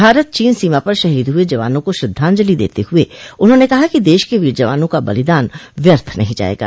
भारत चीन सीमा पर शहीद हुए जवानों को श्रद्धाजंलि देत हुए उन्होंने कहा कि देश के वीर जवानों का बलिदान व्यर्थ नहीं जायेगा